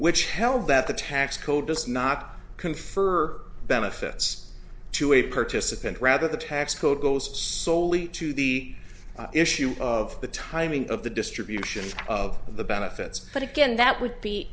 which held that the tax code does not confer benefits to a participant rather the tax code goes soley to the issue of the timing of the distribution of the benefits but again that would be